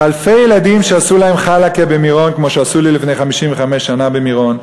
ואלפי ילדים שעשו להם "חלאקה" במירון כמו שעשו לי לפני 55 שנה במירון.